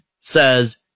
says